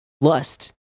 lust